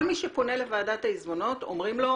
כל מי שפונה לוועדת העיזבונות אומרים לו: